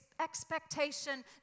expectation